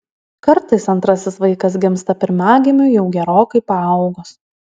kartais antrasis vaikas gimsta pirmagimiui jau gerokai paaugus